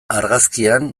argazkian